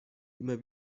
immer